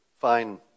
fine